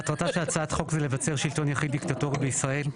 מטרתה של הצעת החוק זה לבצר שלטון יחיד דיקטטורי בישראל.